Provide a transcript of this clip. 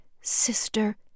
Sister